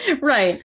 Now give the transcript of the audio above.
Right